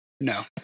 No